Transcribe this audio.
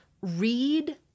read